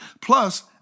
Plus